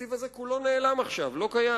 והתקציב הזה כולו נעלם עכשיו, לא קיים.